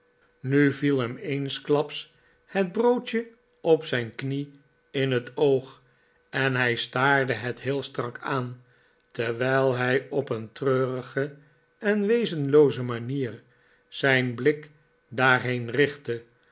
nu viel hem eensklaps het broodje op zijn knie in het oog en hij staarde het heel strak aan terwijl hij op een treurige en wezenlooze manier zijn blik daarheen richtte